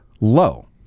low